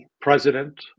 president